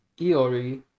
Iori